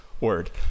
Word